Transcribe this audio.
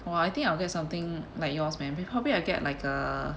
!wah! I think I'll get something like yours man be probably I'll get like a